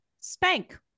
spank